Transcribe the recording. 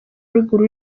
ruguru